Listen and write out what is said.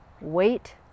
Wait